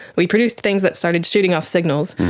we produced things that started shooting off signals,